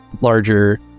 larger